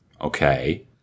Okay